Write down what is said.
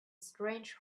strange